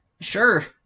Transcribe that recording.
Sure